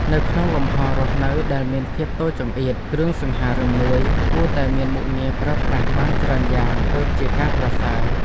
នៅក្នុងលំហររស់នៅដែលមានភាពតូចចង្អៀតគ្រឿងសង្ហារិមមួយគួរតែមានមុខងារប្រើប្រាស់បានច្រើនយ៉ាងទើបជាការប្រសើរ។